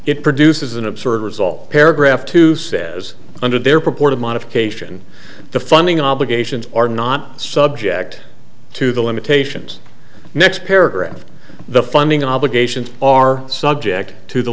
it produces an absurd result paragraph two says under their purported modification the funding obligations are not subject to the limitations next paragraph the funding obligations are subject to the